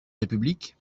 république